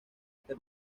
este